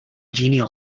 genial